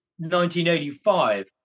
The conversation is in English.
1985